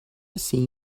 see